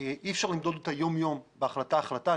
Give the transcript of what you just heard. אי אפשר למדוד אותה יום יום בהחלטה החלטה.